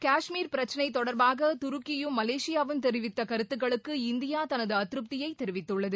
காஷ்மீர் பிரச்சளை தொடர்பாக துருக்கியும் மலேசியாவும் தெரிவித்த கருத்துக்களுக்கு இந்தியா தனது அதிருப்தியை தெரிவித்துள்ளது